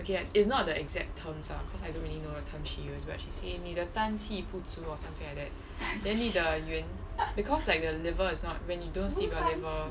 okay is not the exact terms ah cause I don't really know the term she use but she say 你的丹气不足 or something like that then 你的元 because like the liver is not when you don't sleep your liver